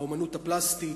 האמנות הפלסטית,